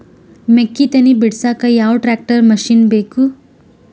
ಮೆಕ್ಕಿ ತನಿ ಬಿಡಸಕ್ ಯಾವ ಟ್ರ್ಯಾಕ್ಟರ್ ಮಶಿನ ಬೇಕು?